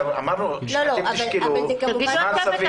אמרנו שאתם תשקלו זמן סביר.